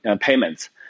payments